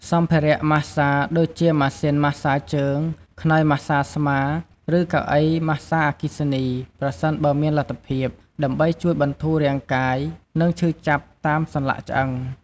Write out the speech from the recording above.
សម្ភារៈម៉ាស្សា ដូចជាម៉ាស៊ីនម៉ាស្សាជើង ខ្នើយម៉ាស្សាស្មា ឬកៅអីម៉ាស្សាអគ្គិសនី (ប្រសិនបើមានលទ្ធភាព) ដើម្បីជួយបន្ធូររាងកាយ និងឈឺចាប់តាមសន្លាក់ឆ្អឹង។